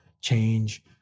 change